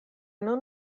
nun